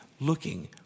looking